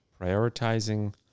Prioritizing